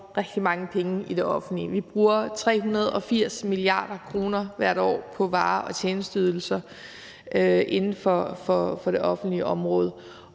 rigtig mange penge i det offentlige. Vi bruger hvert år 380 mia. kr. på varer og tjenesteydelser inden for det offentlige område,